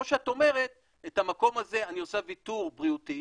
או שאת אומרת שבמקום הזה אני עושה ויתור בריאותי,